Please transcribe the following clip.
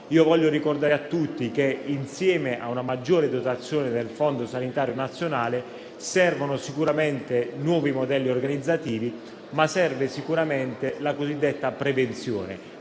Voglio ricordare a tutti che, insieme a una maggiore dotazione del Fondo sanitario nazionale, servono sicuramente nuovi modelli organizzativi, ma anche la cosiddetta prevenzione.